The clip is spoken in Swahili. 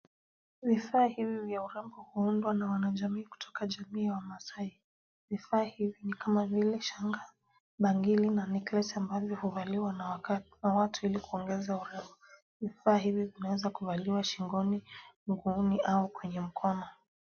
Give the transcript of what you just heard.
Vifaa hivi vya urembo huundwa na wanajamii kutoka jamii wa wamaasai. Vifaa hivi ni kama vile shanga, bangili na necklace ambavyo huvaliwa na watu ili kuongeza urembo. Vifaa hivi vinaweza kuvaliwa shingoni, mguuni au kwenye mkono.